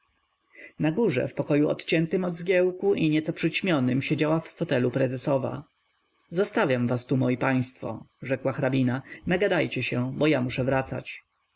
na górze w pokoju odciętym od zgiełku i nieco przyćmionym siedziała w fotelu prezesowa zostawiam was tu moi państwo rzekła hrabina nagadajcie się bo ja muszę wracać